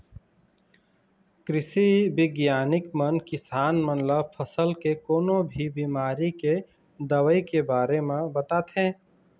कृषि बिग्यानिक मन किसान मन ल फसल के कोनो भी बिमारी के दवई के बारे म बताथे